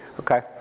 Okay